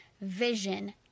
vision